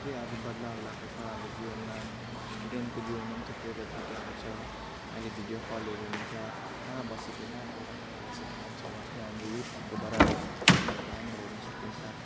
थुप्रै आज बदलाउ लाएको हाम्रो जीवनमा स्टुडेन्टको जीवनमा पनि थुप्रै बदलाउ लाएको छ अहिले भिडियो कलहरू हुन्छ कहाँ बसेको कहाँ टाढो टाढो बसेको मान्छेलाई पनि हामीले यही फोनको द्वाराले उनीहरूको अनुहार हेर्नसकिन्छ